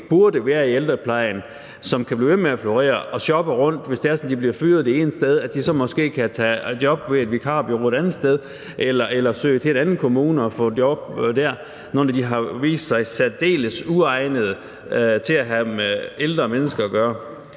burde være der, men som kan blive ved med at florere og shoppe rundt; hvis de bliver fyret det ene sted, kan de måske tage job ved et vikarbureau et andet sted eller søge til en anden kommune og få job dér, altså når de har vist sig særdeles uegnede til at have med ældre mennesker at gøre.